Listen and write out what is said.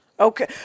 Okay